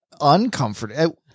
uncomfortable